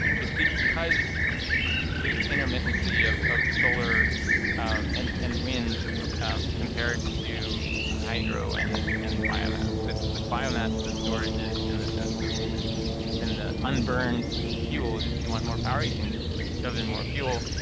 just because the intermittency of of solar and and wind compared to hydro and and biomass. with with biomass, the storage is in the sense of it's in the unburned fuel. if you want more power, you can shove in more fuel.